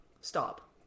stop